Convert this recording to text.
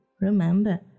Remember